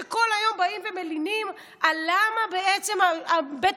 שכל היום באים ומלינים על למה בעצם בית